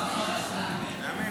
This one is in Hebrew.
למה?